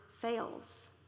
fails